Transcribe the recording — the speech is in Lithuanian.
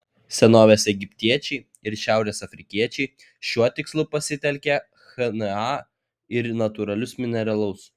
senovės egiptiečiai ir šiaurės afrikiečiai šiuo tikslu pasitelkė chna ir natūralius mineralus